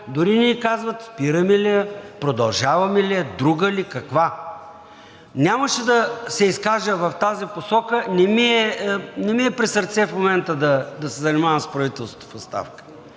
Дори не казват спираме ли я, продължаваме ли я, друга ли, каква? Нямаше да се изкажа в тази посока, не ми е присърце в момента да се занимавам с правителството в оставка,